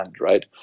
right